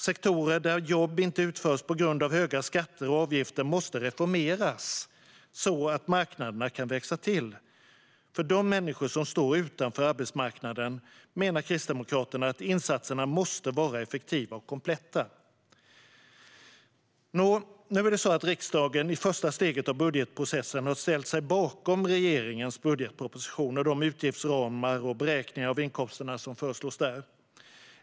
Sektorer där jobb inte utförs på grund av höga skatter och avgifter måste reformeras så att marknaderna kan växa till. För de människor som står utanför arbetsmarknaden menar Kristdemokraterna att insatserna måste vara effektiva och kompletta. Nu har riksdagen i första steget av budgetprocessen ställt sig bakom regeringens budgetproposition och de utgiftsramar och beräkningar av inkomsterna som föreslås där.